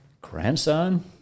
grandson